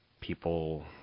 People